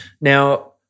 Now